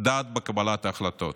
דעת בקבלת ההחלטות.